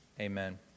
amen